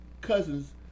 cousins